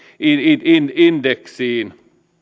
indeksiin